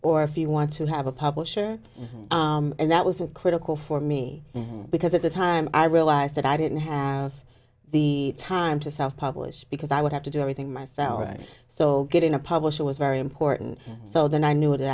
or if you want to have a publisher and that was a critical for me because at the time i realized that i didn't have the time to south publish because i would have to do everything myself right so getting a publisher was very important so then i knew what